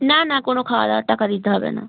না না কোনও খাওয়া দাওয়ার টাকা দিতে হবে না